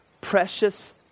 Precious